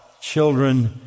children